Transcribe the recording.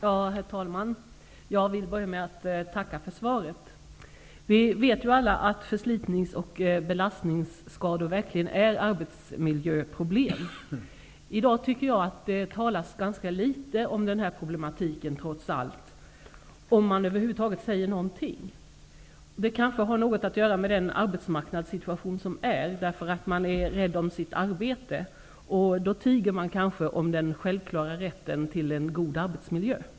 Herr talman! Jag vill börja med att tacka för svaret. Vi vet alla att förslitnings och belastningsskador verkligen är arbetsmiljöproblem. I dag talas det trots allt ganska litet om denna problematik, om man över huvud taget säger någonting. Det kan ha något att göra med den arbetsmarknadssituation som vi har, där man är rädd om sitt arbete. Då tiger man om den självklara rätten till en god arbetsmiljö.